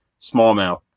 smallmouth